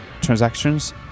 transactions